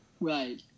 Right